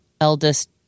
eldest